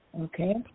okay